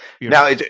Now